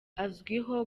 azwiho